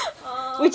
ah